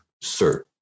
Sir